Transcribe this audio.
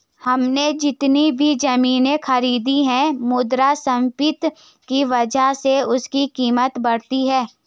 हमने जितनी भी जमीनें खरीदी हैं मुद्रास्फीति की वजह से उनकी कीमत बढ़ी है